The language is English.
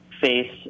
face